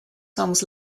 songs